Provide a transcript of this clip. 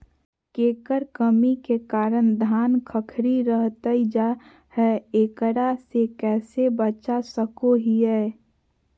केकर कमी के कारण धान खखड़ी रहतई जा है, एकरा से कैसे बचा सको हियय?